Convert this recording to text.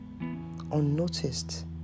Unnoticed